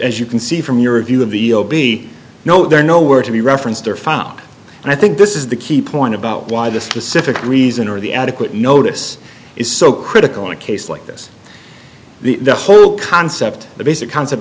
as you can see from your review of the o b no they're nowhere to be referenced or found and i think this is the key point about why the specific reason or the adequate notice is so critical in a case like this the whole concept the basic concept